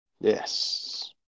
yes